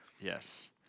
Yes